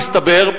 מסתבר,